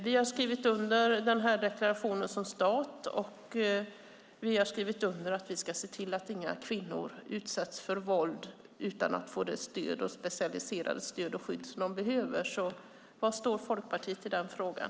Vi har skrivit under deklarationen som stat och skrivit under att vi ska se till att inga kvinnor utsätts för våld utan att få det specialiserade stöd och skydd som de behöver. Var står Folkpartiet i den frågan?